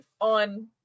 on